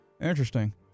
interesting